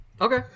Okay